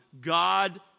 God